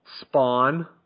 spawn